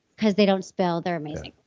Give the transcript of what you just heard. because they don't spill. they're amazing.